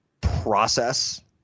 process